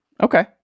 Okay